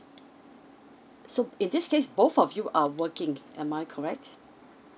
so in this case both of you are working am I correct